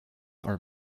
are